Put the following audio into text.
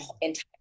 entire